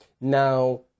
Now